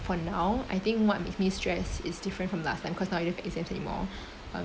for now I think what makes me stressed is different from last time cause now you don't have exams anymore